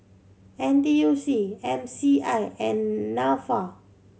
N T U C M C I and Nafa